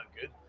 good